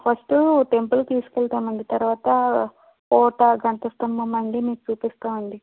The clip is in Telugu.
ఫస్ట్ టెంపుల్కి తీసుకెళ్తామండి తరువాత ఓట గంట స్తంభం అండి మీకు చూపిస్తామండి